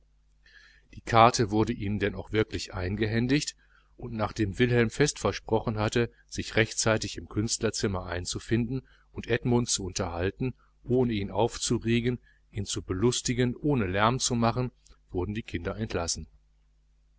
die karte wurde ihnen denn auch wirklich eingehändigt und nachdem wilhelm fest versprochen hatte sich rechtzeitig im künstlerzimmer einzufinden und edmund zu unterhalten ohne ihn aufzuregen ihn zu belustigen ohne lärm zu machen wurden die kinder entlassen